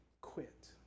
quit